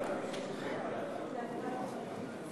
אדוני היושב-ראש,